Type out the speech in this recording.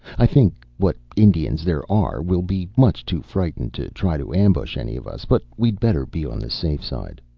i think what indians there are will be much too frightened to try to ambush any of us, but we'd better be on the safe side.